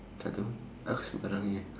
tak tahu aku sembarang jer